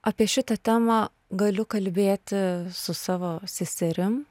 apie šitą temą galiu kalbėti su savo seserim